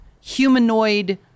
humanoid